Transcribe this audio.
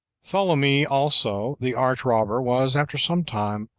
tholomy also, the arch robber, was, after some time,